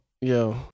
yo